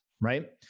right